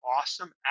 awesome